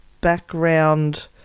background